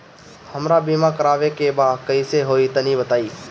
हमरा बीमा करावे के बा कइसे होई तनि बताईं?